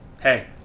hey